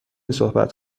صحبت